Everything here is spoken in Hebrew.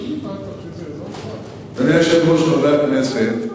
אדוני היושב-ראש, חברי הכנסת,